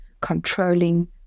controlling